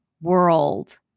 world